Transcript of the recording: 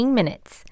minutes